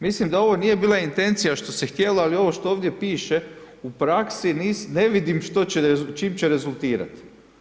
Mislim da ovo nije bila intencija što se htjelo ali ovo što ovdje piše u praksi ne vidim s čime će rezultirati.